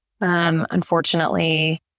Unfortunately